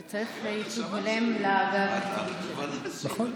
שצריך, נכון.